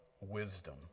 wisdom